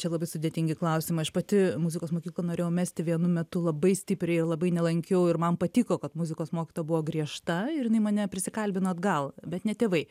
čia labai sudėtingi klausimai aš pati muzikos mokyklą norėjau mesti vienu metu labai stipriai labai nelankiau ir man patiko kad muzikos mokytoja buvo griežta ir jinai mane prisikalbino atgal bet ne tėvai